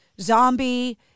Zombie